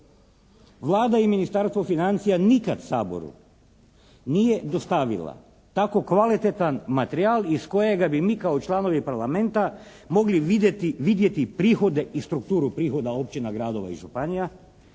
Vlada i Ministarstvo financija nikad Saboru nije dostavila tako kvalitetan materijal iz kojega bi mi kao članovi Parlamenta mogli vidjeti prihode i strukturu prihoda općina, gradova i županija,